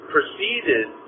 Proceeded